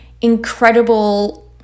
incredible